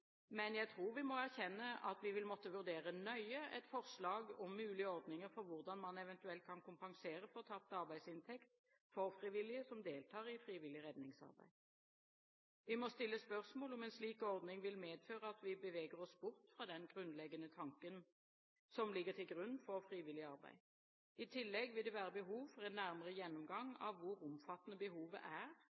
men jeg tror vi må erkjenne at vi vil måtte vurdere nøye et forslag om mulige ordninger for hvordan man eventuelt kan kompensere for tapt arbeidsinntekt for frivillige som deltar i frivillig redningsarbeid. Vi må stille spørsmål om en slik ordning vil medføre at vi beveger oss bort fra den tanken som ligger til grunn for frivillig arbeid. I tillegg vil det være behov for en nærmere gjennomgang av hvor omfattende behovet er,